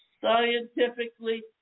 scientifically